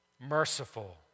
merciful